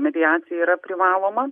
mediacija yra privaloma